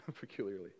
peculiarly